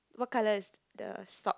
what colour is the sock